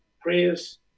Prayers